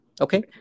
Okay